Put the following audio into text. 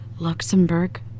Luxembourg